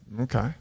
okay